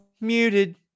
Muted